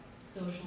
social